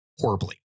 horribly